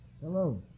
Hello